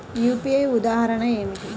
UPI ఉదాహరణ ఏమిటి?